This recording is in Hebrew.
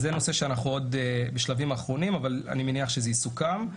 בנושא הזה אנחנו עוד בשלבים האחרונים אבל אני מניח שזה יסוכם.